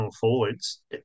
forwards